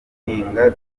duhinga